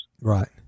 right